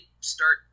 start